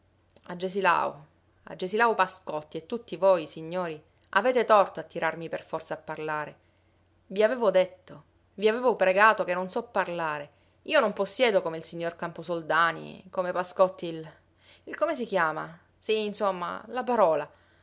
poi cominciò agesilago agesilago pascotti e tutti voi signori avete torto a tirarmi per forza a parlare i avevo detto vi avevo pregato che non so parlare io non possiedo come il signor camposoldani come pascotti il il come si chiama sì insomma la parola